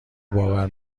باور